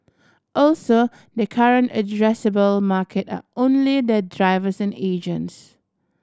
also their current addressable market are only their drivers and agents